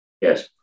Yes